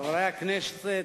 חברי הכנסת,